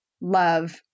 love